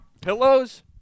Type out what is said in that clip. Pillows